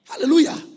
Hallelujah